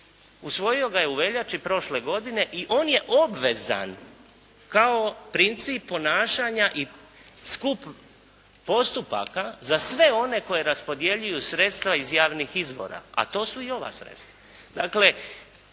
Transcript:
Usvojio ga je u veljači prošle godine i on je obvezan kao princip ponašanja i skup postupaka za sve one koje raspodjeljuju sredstva iz javnih izvora, a to su i ova sredstva.